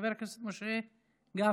חבר הכנסת משה גפני.